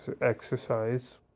exercise